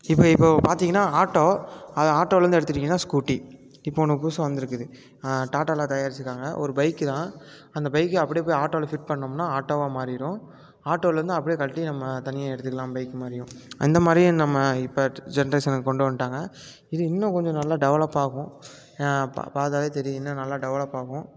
இப்போ இப்போ பார்த்தீங்கன்னா ஆட்டோ அதை ஆட்டோலேருந்து எடுத்துட்டிங்கன்னால் ஸ்கூட்டி இப்போ ஒன்று புதுசாக வந்துருக்குது டாட்டாவில் தயாரித்திருக்காங்க ஒரு பைக்கு தான் அந்த பைக்கை அப்டி போய் ஆட்டோவில் ஃபிட் பண்ணோம்ன்னால் ஆட்டோவாக மாறிடும் ஆட்டோலேருந்து அப்டி கழட்டி நம்ம தனியாக எடுத்துக்கலாம் பைக்கு மாதிரியும் அந்தமாதிரியும் நம்ம இப்போ ஜென்ரேஷனுக்கு கொண்டு வந்துட்டாங்க இது இன்னும் கொஞ்ச நாளில் டெவெலப் ஆகும் ப பார்த்தாவே தெரியும் இன்னும் நல்லா டெவெலப் ஆகும்